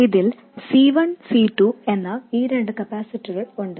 ഇതിൽ C 1 C 2 എന്ന ഈ രണ്ട് കപ്പാസിറ്ററുകൾ ഉണ്ട്